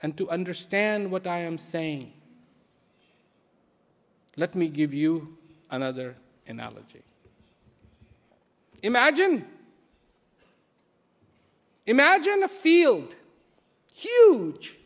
and to understand what i am saying let me give you another analogy imagine imagine a field huge